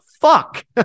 fuck